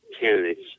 candidates